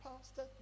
Pastor